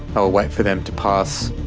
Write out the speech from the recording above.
wait for them to pass.